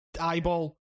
Eyeball